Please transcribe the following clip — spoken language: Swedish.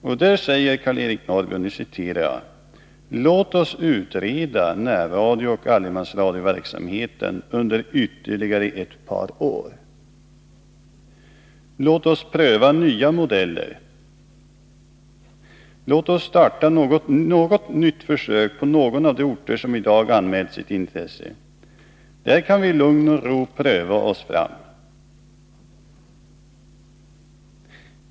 I artikeln säger Karl-Eric Norrby: ”Låt oss utreda närradiooch allemansradioverksamheten under ytterligare ett par år. Låt oss pröva nya modeller. Låt oss starta något nytt försök på någon av de orter som idag anmält sitt intresse. Där kan vi i lugn och ro pröva oss fram.